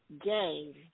game